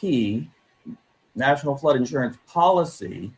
p national flood insurance policy